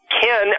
Ken